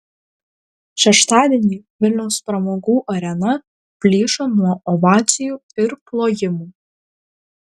šeštadienį vilniaus pramogų arena plyšo nuo ovacijų ir plojimų